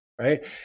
right